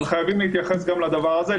אבל חייבים להתייחס גם לדבר הזה,